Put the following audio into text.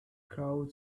crowd